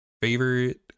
favorite